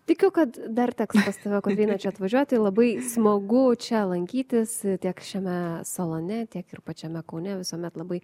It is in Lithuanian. tikiu kad dar teks pas tave kotryna čia atvažiuoti labai smagu čia lankytis tiek šiame salone tiek ir pačiame kaune visuomet labai